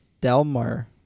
Delmar